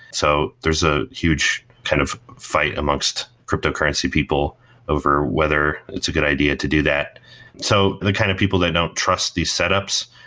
so there is a huge kind of fight amongst cryptocurrency people over whether it's a good idea to do that so the kind of people that don't trust these setups,